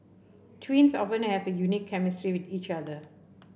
twins often have a unique chemistry with each other